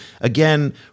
Again